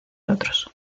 otros